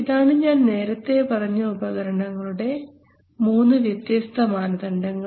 ഇതാണ് ഞാൻ നേരത്തെ പറഞ്ഞ ഉപകരണങ്ങളുടെ 3 വ്യത്യസ്ത മാനദണ്ഡങ്ങൾ